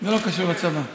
זה לא עניינו של הצבא,